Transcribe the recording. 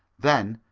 then,